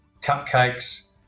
cupcakes